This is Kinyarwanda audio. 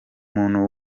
muntu